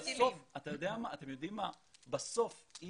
בסוף,